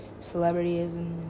celebrityism